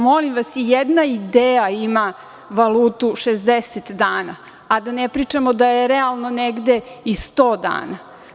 Molim vas, jedna ideja ima valutu 60 dana, a da ne pričamo da je realno negde i 100 dana.